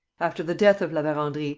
after the death of la verendrye,